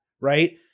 right